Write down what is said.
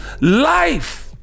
life